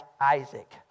Isaac